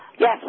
Yes